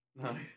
no